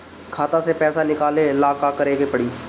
खाता से पैसा निकाले ला का करे के पड़ी?